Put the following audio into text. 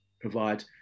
provide